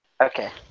Okay